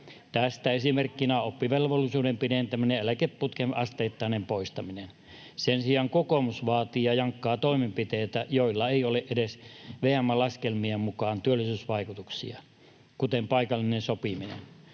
Tästä esimerkkinä oppivelvollisuuden pidentäminen ja eläkeputken asteittainen poistaminen. Sen sijaan kokoomus vaatii ja jankkaa toimenpiteitä, joilla ei ole edes VM:n laskelmien mukaan työllisyysvaikutuksia, kuten paikallista sopimista.